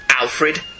Alfred